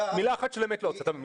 מילה אחת של אמת לא הוצאת.